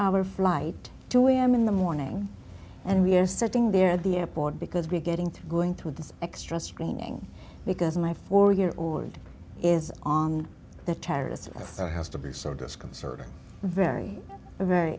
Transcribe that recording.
hour flight two am in the morning and we're sitting there at the airport because we're getting to going through the extra screening because my four year old is on the terrorist has to be so disconcerting very very